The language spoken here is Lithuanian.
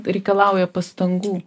reikalauja pastangų